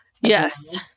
yes